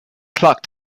clock